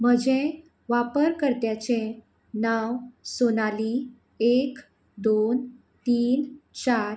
म्हजें वापरकर्त्याचें नांव सोनाली एक दोन तीन चार